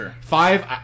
five